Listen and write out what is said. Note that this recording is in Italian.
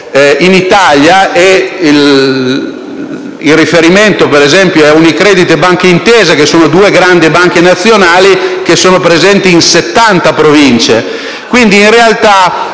in Italia? Il riferimento, per esempio, è a UniCredit e a Banca Intesa: sono due grandi banche nazionali, presenti in 70 province.